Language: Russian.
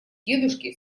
дедушки